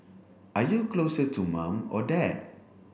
are you closer to mum or dad